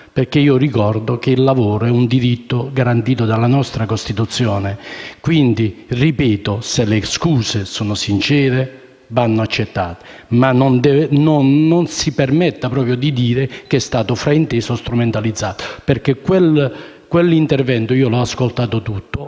perché ricordo che il lavoro è un diritto garantito dalla nostra Costituzione. Ripeto, se le scuse sono sincere, vanno accettate, ma non si permetta di dire che è stato frainteso o strumentalizzato perché l'intervento l'ho ascoltato per